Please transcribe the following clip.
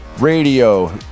Radio